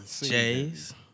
Jays